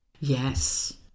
Yes